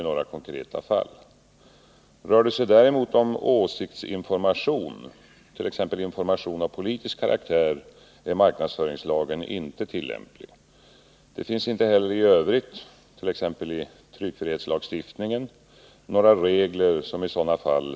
Enskild person eller organisation kan genom utformningen av t.ex. informationsmaterial ge detta en prägel av statlig eller kommunal information och därigenom grovt vilseleda mottagarna. Av tradition och erfarenhet betraktas nämligen officiell information som betydelsefull.